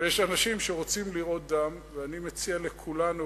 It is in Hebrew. יש אנשים שרוצים לראות דם ואני מציע לכולנו